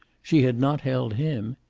she had not held him.